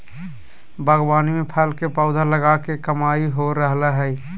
बागवानी में फल के पौधा लगा के कमाई हो रहल हई